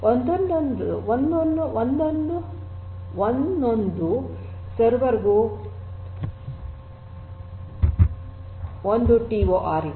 ಒಂದನ್ನೊಂದು ಸರ್ವರ್ ಗೂ ಒಂದು ಟಿಓಆರ್ ಇದೆ